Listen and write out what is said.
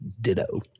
ditto